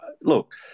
look